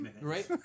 right